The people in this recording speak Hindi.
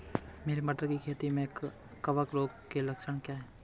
मेरी मटर की खेती में कवक रोग के लक्षण क्या हैं?